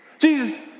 Jesus